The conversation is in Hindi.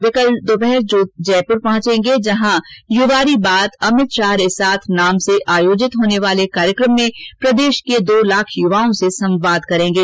वे कल दोपहर जयपुर पहंचेंगे जहां युवा री बात अमित शाह रे साथ नाम से आयोजित होने वाले कार्यक्रम में प्रदेश के दो लाख युवाओं से संवाद करेंगे